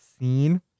Scene